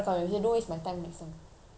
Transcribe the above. don't waste my time anymore something like that